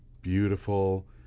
beautiful